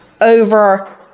over